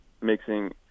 mixing